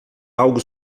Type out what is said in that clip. algo